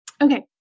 okay